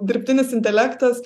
dirbtinis intelektas